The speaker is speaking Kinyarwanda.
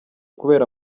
kubera